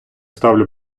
ставлю